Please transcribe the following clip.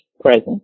present